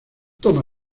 toma